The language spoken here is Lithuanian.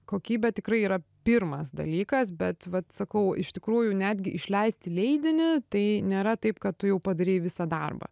kokybė tikrai yra pirmas dalykas bet vat sakau iš tikrųjų netgi išleisti leidinį tai nėra taip kad tu jau padarei visą darbą